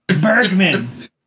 Bergman